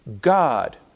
God